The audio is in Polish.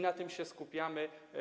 Na tym się skupiamy.